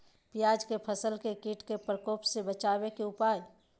प्याज के फसल के कीट के प्रकोप से बचावे के उपाय?